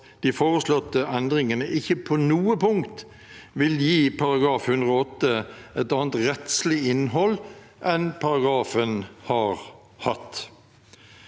de foreslåtte endringene ikke på noe punkt vil gi § 108 et annet rettslig innhold enn paragrafen har hatt.